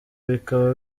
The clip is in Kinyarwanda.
bikaba